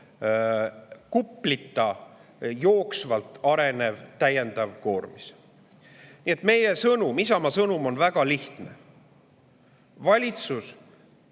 kuplita jooksvalt arenev täiendav koormis. Nii et meie sõnum, Isamaa sõnum on väga lihtne: valitsus